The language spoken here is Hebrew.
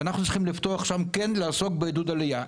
ואנחנו צריכים לפתוח שם וכן לעסוק בעידוד עלייה,